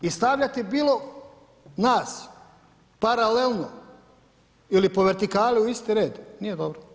I stavljati bilo nas paralelno ili po vertikali u isti red, nije dobro.